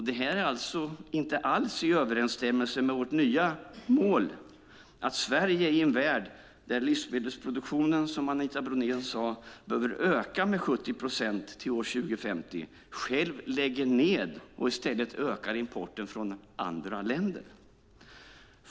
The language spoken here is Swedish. Detta är inte alls i överensstämmelse med vårt nya mål, att Sverige i en värld där livsmedelsproduktionen, som Anita Brodén sade, behöver öka med 70 procent till år 2050 själv lägger ned och i stället ökar importen från andra länder.